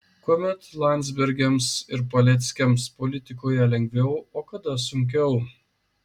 kuomet landsbergiams ir paleckiams politikoje lengviau o kada sunkiau